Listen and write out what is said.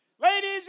Ladies